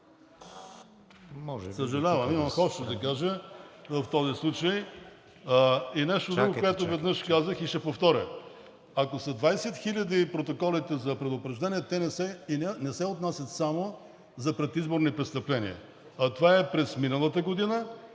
времето е изтекло.) Да кажа в този случай и нещо друго, което веднъж казах и ще повторя: ако са 20 000 протоколите за предупреждения, те не се отнасят само за предизборни престъпления. Това е през миналата година